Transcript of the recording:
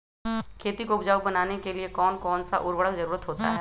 खेती को उपजाऊ बनाने के लिए कौन कौन सा उर्वरक जरुरत होता हैं?